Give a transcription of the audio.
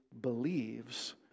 believes